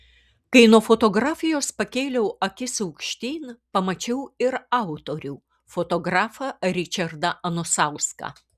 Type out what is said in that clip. kai nuo fotografijos pakėliau akis aukštyn pamačiau ir autorių fotografą ričardą anusauską